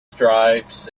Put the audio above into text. stripes